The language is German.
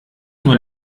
nur